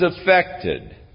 affected